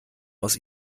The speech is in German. aus